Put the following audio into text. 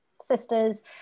sisters